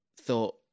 thought